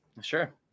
Sure